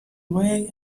away